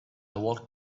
walked